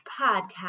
podcast